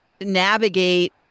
navigate